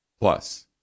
Plus